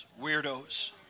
Weirdos